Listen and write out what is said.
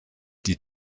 die